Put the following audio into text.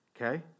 okay